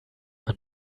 man